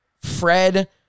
Fred